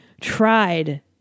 tried